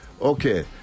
okay